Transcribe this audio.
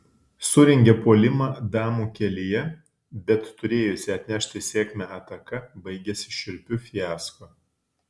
surengia puolimą damų kelyje bet turėjusi atnešti sėkmę ataka baigiasi šiurpiu fiasko